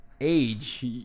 age